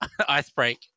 icebreak